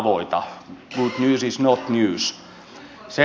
good news is not news